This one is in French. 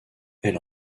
elle